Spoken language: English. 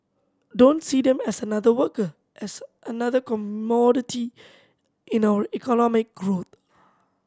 don't see them as another worker as another commodity in our economic growth